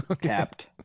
Capped